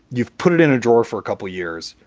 you've put it in a drawer for a couple of years.